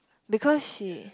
because she